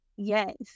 Yes